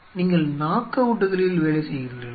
நீங்கள் நாக் அவுட்களில் வேலை செய்கிறீர்களா